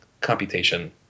computation